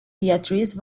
beatrice